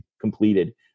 completed